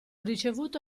ricevuto